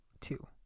two